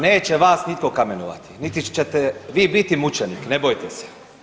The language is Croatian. Neće vas nitko kamenovati, niti ćete vi biti mučenik, ne bojte se.